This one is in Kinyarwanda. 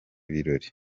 birori